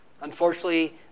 Unfortunately